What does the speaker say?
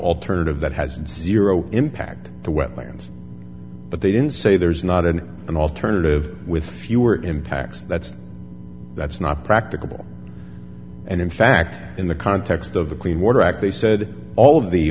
alternative that has zero impact the wetlands but they didn't say there's not an alternative with fewer impacts that's that's not practicable and in fact in the context of the clean water act they said all of the